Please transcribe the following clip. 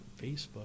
Facebook